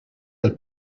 del